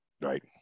right